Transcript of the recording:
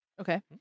okay